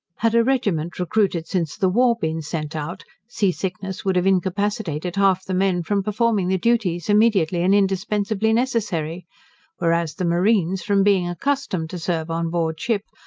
had a regiment recruited since the war been sent out, sea-sickness would have incapacitated half the men from performing the duties immediately and indispensably necessary whereas the marines, from being accustomed to serve on board ship,